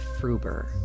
Fruber